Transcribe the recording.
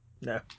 No